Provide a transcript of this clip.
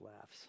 laughs